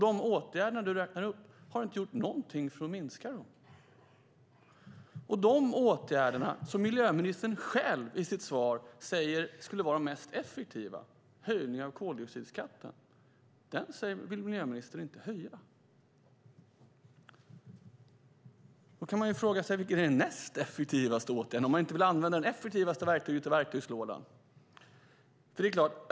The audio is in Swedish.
De åtgärder som du räknar upp har inte gjort någonting för att minska dem. Den åtgärd som miljöministern själv i sitt svar säger skulle vara den mest effektiva, en höjning av koldioxidskatten, vill miljöministern inte vidta. Man kan fråga sig vilken den näst effektivaste åtgärden är eftersom man inte vill använda det effektivaste verktyget i verktygslådan.